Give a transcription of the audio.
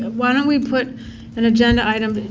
ah why don't we put an agenda item.